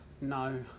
no